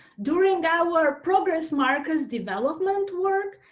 during our progress markers development work